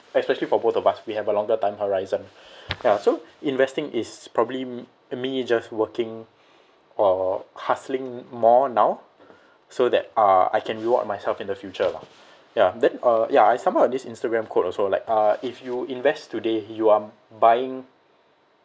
especially for both of us we have a longer time horizon ya so investing is probably I mean it's just working or hustling more now so that uh I can reward myself in the future lah ya then uh ya I stumble on this instagram quote also like uh if you invest today you are buying